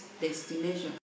destination